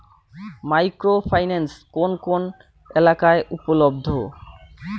Micro finance কোন কোন এলাকায় উপলব্ধ?